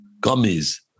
gummies